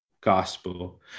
gospel